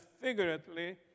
figuratively